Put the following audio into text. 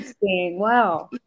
wow